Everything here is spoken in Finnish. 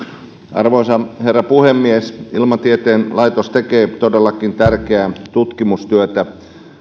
arvoisa herra puhemies ilmatieteen laitos tekee todellakin tärkeää tutkimustyötä